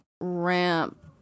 ramp